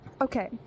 Okay